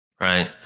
right